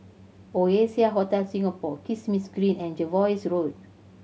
Oasia Hotel Singapore Kismis Green and Jervois Road